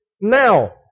now